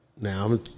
Now